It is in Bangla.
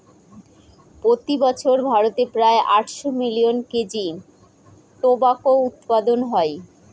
প্রতি বছর ভারতে প্রায় আটশো মিলিয়ন কেজি টোবাকো উৎপাদন হয়